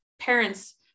parents